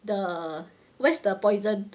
the where's the poison